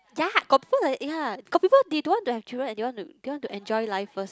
ya got people like that ya got people they don't want to have children and they want to they want to enjoy life first